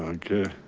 ah okay,